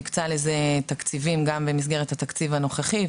הוא הקצה לזה תקציבים גם במסגרת התקציב הנוכחי,